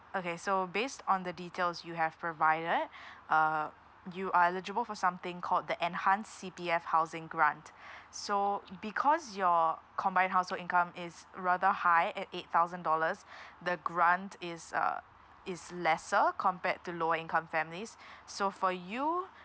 okay so based on the details you have provided uh you are eligible for something called the enhanced C_P_F housing grant so because your combined household income is rather high at eight thousand dollars the grant is uh is lesser compared to lower income families so for you